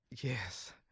yes